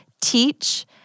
teach